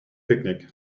picnic